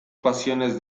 pasiones